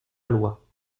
loi